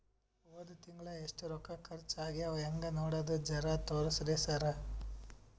ಹೊದ ತಿಂಗಳ ಎಷ್ಟ ರೊಕ್ಕ ಖರ್ಚಾ ಆಗ್ಯಾವ ಹೆಂಗ ನೋಡದು ಜರಾ ತೋರ್ಸಿ ಸರಾ?